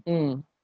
mm